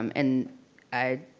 um and i.